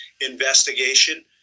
investigation